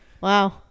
wow